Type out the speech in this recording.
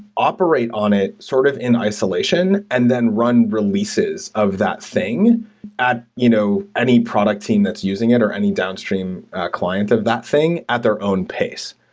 operate on it sort of in isolation and then run re leases of that thing at you know any product team that's using it or any downstream client of that thing at their own pace.